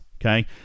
okay